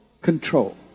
control